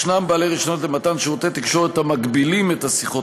ישנם בעלי רישיונות למתן שירותי תקשורת המגבילים את השיחות